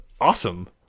awesome